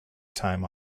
time